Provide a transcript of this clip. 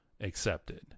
accepted